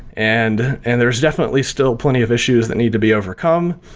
and and there's definitely still plenty of issues that need to be overcome,